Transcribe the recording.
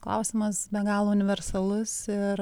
klausimas be galo universalus ir